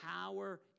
power